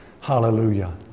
hallelujah